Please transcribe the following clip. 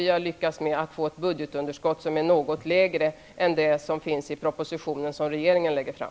Vi har lyckats få ett budgetunderskott som är något lägre än det som finns i den proposition som regeringen lägger fram.